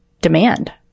demand